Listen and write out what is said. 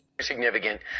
significant